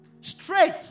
Straight